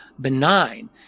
benign